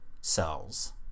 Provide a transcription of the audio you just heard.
cells